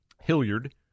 Hilliard